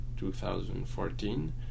2014